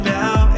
now